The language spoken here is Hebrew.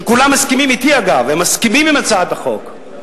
וכולם מסכימים אתי, אגב, הם מסכימים עם הצעת החוק,